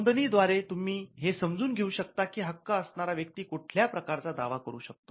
नोंदणी द्वारे तुम्ही हे समजून घेऊ शकतात की हक्क असणारा व्यक्ती कुठल्या प्रकारचा दावा करू शकतो